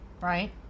Right